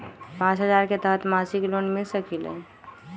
पाँच हजार के तहत मासिक लोन मिल सकील?